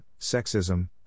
sexism